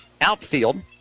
Outfield